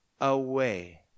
away